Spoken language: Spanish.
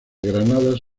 granadas